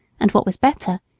and what was better,